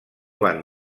van